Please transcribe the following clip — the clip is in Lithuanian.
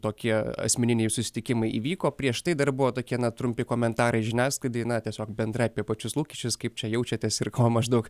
tokie asmeniniai susitikimai įvyko prieš tai dar buvo tokie trumpi komentarai žiniasklaidai na tiesiog bendrai apie pačius lūkesčius kaip čia jaučiatės ir ko maždaug